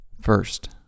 first